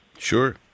Sure